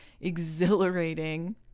exhilarating